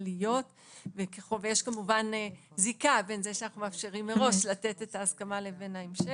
עמוד האש לסוגייה שבפנינו,